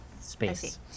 space